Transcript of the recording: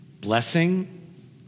blessing